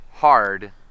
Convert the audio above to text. hard